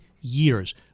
years